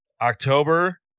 October